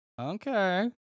Okay